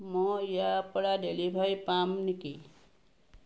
মই ইয়াৰ পৰা ডেলিভাৰী পাম নেকি